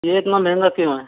ये इतना महँगा क्यों है